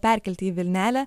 perkelti į vilnelę